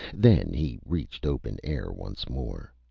then he reached open air once more.